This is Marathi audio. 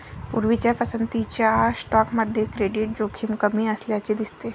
पूर्वीच्या पसंतीच्या स्टॉकमध्ये क्रेडिट जोखीम कमी असल्याचे दिसते